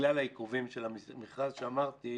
בגלל העיכובים של המכרז שאמרתי,